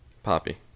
Poppy